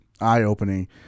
eye-opening